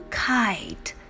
kite